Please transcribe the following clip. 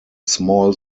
small